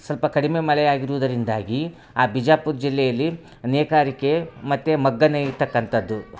ಸಲ್ಪ ಕಡಿಮೆ ಮಳೆಯಾಗಿರುವುದರಿಂದಾಗಿ ಆ ಬಿಜಾಪುರ ಜಿಲ್ಲೆಯಲ್ಲಿ ನೇಕಾರಿಕೆ ಮತ್ತು ಮಗ್ಗ ನೇಯುತಕ್ಕಂಥದ್ದು